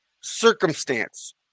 circumstance